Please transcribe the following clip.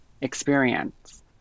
experience